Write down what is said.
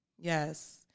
yes